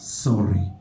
sorry